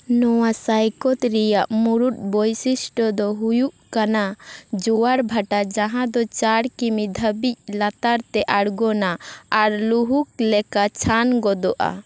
ᱱᱚᱣᱟ ᱥᱳᱭᱠᱚᱛ ᱨᱮᱭᱟᱜ ᱢᱩᱲᱩᱫ ᱵᱳᱭᱥᱤᱥᱴᱚ ᱫᱚ ᱦᱩᱭᱩᱜ ᱠᱟᱱᱟ ᱡᱳᱣᱟᱨ ᱵᱷᱟᱴᱟ ᱡᱟᱦᱟᱸ ᱫᱚ ᱪᱟᱨ ᱠᱤᱢᱤ ᱫᱷᱟᱹᱵᱤᱡ ᱞᱟᱛᱟᱨ ᱛᱮ ᱟᱲᱜᱳᱱᱟ ᱟᱨ ᱞᱩᱦᱩᱠ ᱞᱮᱠᱟ ᱪᱷᱟᱱ ᱜᱚᱫᱚᱜᱼᱟ